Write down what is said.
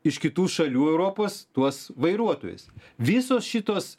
iš kitų šalių europos tuos vairuotojus visos šitos